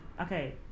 Okay